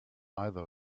either